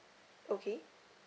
okay